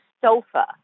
sofa